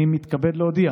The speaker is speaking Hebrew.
אני מתכבד להודיע